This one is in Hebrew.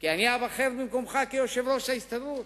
כי אני אבחר במקומך ליושב-ראש ההסתדרות.